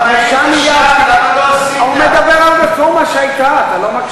3 מיליארד שקלים, אבל היית שם, למה לא עשית?